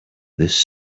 this